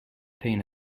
pain